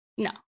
No